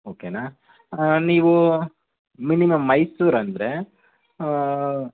ಓಕೆನಾ ನೀವು ಮಿನಿಮಮ್ ಮೈಸೂರೆಂದರೆ